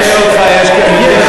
יש.